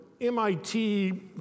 MIT